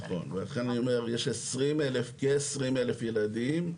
נכון, ולכן אני אומר שיש כ-20,000 ילדים,